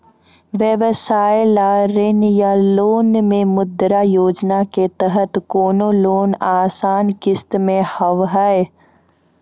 व्यवसाय ला ऋण या लोन मे मुद्रा योजना के तहत कोनो लोन आसान किस्त मे हाव हाय?